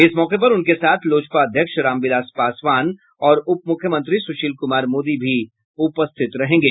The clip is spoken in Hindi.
इस मौके पर उनके साथ लोजपा अध्यक्ष रामविलास पासवान और उपमुख्यमंत्री सुशील कुमार मोदी भी उपस्थित रहेंगे